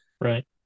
right